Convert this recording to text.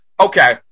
Okay